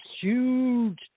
huge